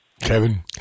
Kevin